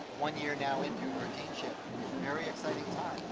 one year now into her teaching, very exciting